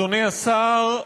אדוני השר,